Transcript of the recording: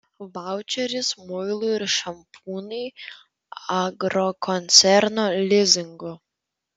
vaučeris muilui ir šampūnui agrokoncerno lizingu